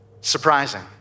surprising